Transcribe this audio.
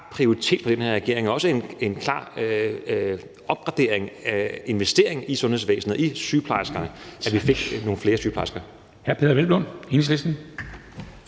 prioritet for den her regering og også en klar opgradering af investeringen i sundhedsvæsenet og sygeplejerskerne, at vi fik nogle flere sygeplejersker.